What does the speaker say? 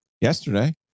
yesterday